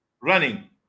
Running